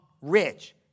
rich